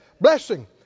blessing